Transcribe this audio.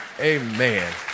Amen